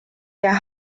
der